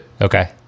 okay